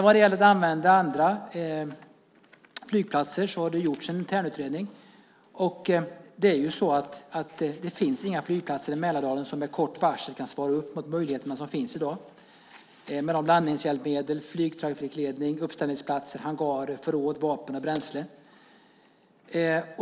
Vad gäller att använda andra flygplatser har det gjorts en internutredning. Det är ju så att det inte finns några flygplatser i Mälardalen som med kort varsel kan svara upp mot de möjligheter som finns i dag med landningshjälpmedel, flygtrafikledning, uppställningsplatser, hangarer, förråd, vapen och bränsle.